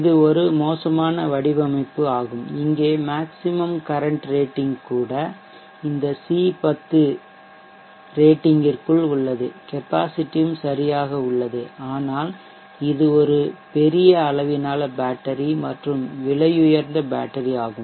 இது ஒரு மோசமான வடிவமைப்பு ஆகும் இங்கே மேக்சிமம் கரன்ட் ரேட்டிங் கூட இந்த சி 10 ரேட்டிங்க்கிற்குள் உள்ளது கெப்பாசிட்டியும் சரியாக உள்ளது ஆனால் இது ஒரு பெரிய அளவிலான பேட்டரி மற்றும் விலையுயர்ந்த பேட்டரி ஆகும்